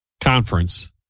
conference